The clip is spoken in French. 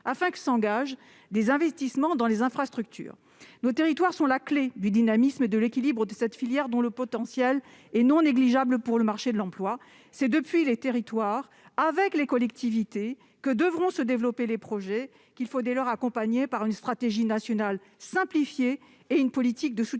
pour favoriser les investissements dans les infrastructures. Nos territoires sont la clé du dynamisme et de l'équilibre de cette filière, dont le potentiel est non négligeable pour le marché de l'emploi. C'est depuis les territoires, avec les collectivités, que devront se développer les projets qu'il faut dès lors accompagner par une stratégie nationale simplifiée et une politique forte